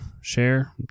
share